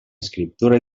escriptura